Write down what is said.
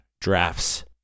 drafts